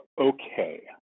okay